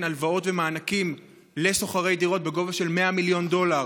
הלוואות ומענקים לשוכרי דירות בגובה של 100 מיליון דולר,